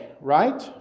right